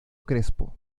crespo